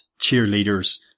cheerleaders